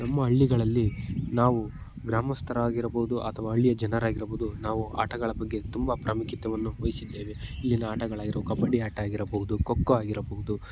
ನಮ್ಮ ಹಳ್ಳಿಗಳಲ್ಲಿ ನಾವು ಗ್ರಾಮಸ್ಥರಾಗಿರ್ಬೋದು ಅಥವಾ ಹಳ್ಳಿಯ ಜನರಾಗಿರ್ಬೋದು ನಾವು ಆಟಗಳ ಬಗ್ಗೆ ತುಂಬ ಪ್ರಾಮುಖ್ಯತೆಯನ್ನ ವಹಿಸಿದ್ದೇವೆ ಇಲ್ಲಿನ ಆಟಗಳಾಗಿರೋ ಕಬಡ್ಡಿ ಆಟ ಆಗಿರ್ಬೋದು ಖೋ ಖೋ ಆಗಿರ್ಬೋದು